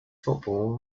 football